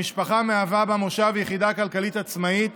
המשפחה מהווה במושב יחידה כלכלית עצמאית